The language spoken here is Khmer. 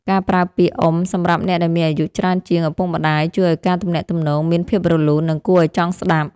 ការប្រើពាក្យអ៊ុំសម្រាប់អ្នកដែលមានអាយុច្រើនជាងឪពុកម្តាយជួយឱ្យការទំនាក់ទំនងមានភាពរលូននិងគួរឱ្យចង់ស្ដាប់។